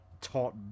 taught